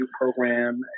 program